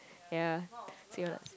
ya so you are like